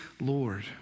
Lord